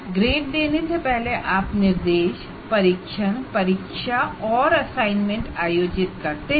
grade देने से पहले आप इंस्ट्रक्शनटेस्ट एग्जाम्स और असाइनमेंट देते हैं